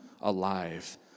alive